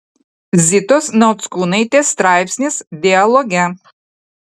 zitos nauckūnaitės straipsnis dialoge